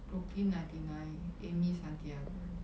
brooklyn ninety nine Amy Santiago